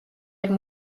ვერ